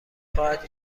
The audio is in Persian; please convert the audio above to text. خواهد